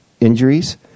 injuries